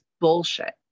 bullshit